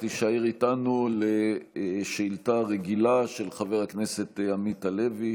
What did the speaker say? אנא תישאר איתנו לשאילתה רגילה של חבר הכנסת עמית הלוי,